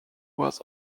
was